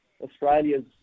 Australia's